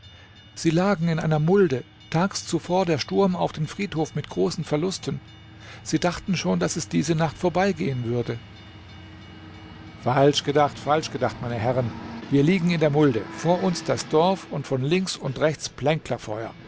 sie lagen in einer mulde tags zuvor der sturm auf den friedhof mit großen verlusten sie dachten schon daß es diese nacht vorbeigehen würde falsch gedacht falsch gedacht meine herren wir liegen in der mulde vor uns das dorf und von links und rechts